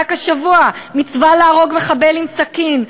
רק השבוע: מצווה להרוג מחבל עם סכין,